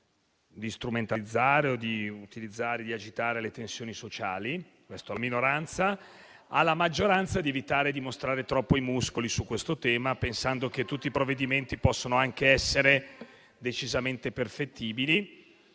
di strumentalizzare o di agitare le tensioni sociali. Quello alla maggioranza è di evitare di mostrare troppo i muscoli su questo tema, pensando che tutti i provvedimenti possono anche essere decisamente perfettibili.